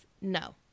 No